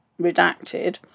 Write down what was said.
redacted